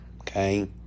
okay